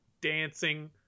dancing